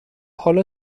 حالا